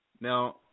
Now